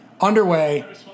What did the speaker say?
underway